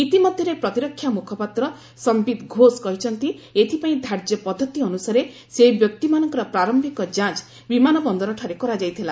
ଇତିମଧ୍ୟରେ ପ୍ରତିରକ୍ଷା ମୁଖପାତ୍ର ସୋନ୍ଧିତ୍ ଘୋଷ କହିଛନ୍ତି ଏଥିପାଇଁ ଧାର୍ଯ୍ୟ ପଦ୍ଧତି ଅନୁସାରେ ସେହି ବ୍ୟକ୍ତିମାନଙ୍କର ପ୍ରାରୟିକ ଯାଞ୍ଚ ବିମାନବନ୍ଦରଠାରେ କରାଯାଇଥିଲା